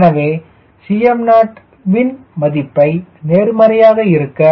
எனவே Cm0 இன் மதிப்பை நேர்மறையாக இருக்க